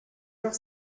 heure